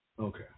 Okay